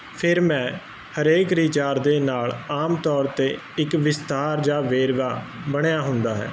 ਫਿਰ ਮੈਂ ਹਰੇਕ ਰਿਚਾਰਜ ਦੇ ਨਾਲ ਆਮ ਤੌਰ ਤੇ ਇੱਕ ਵਿਸਥਾਰ ਜਾਂ ਵੇਰਵਾ ਬਣਿਆ ਹੁੰਦਾ ਹੈ